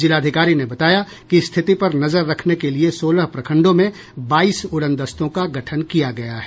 जिलाधिकारी ने बताया कि स्थिति पर नजर रखने के लिये सोलह प्रखंडों में बाईस उड़नदस्तों का गठन किया गया है